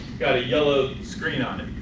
got a yellow screen on it,